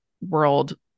world